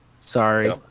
Sorry